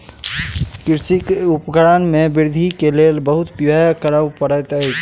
कृषि उपकरण में वृद्धि के लेल बहुत व्यय करअ पड़ैत अछि